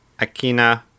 Akina